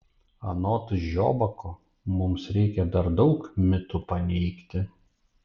anot žiobako mums reikia dar daug mitų paneigti